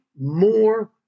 more